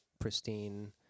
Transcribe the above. pristine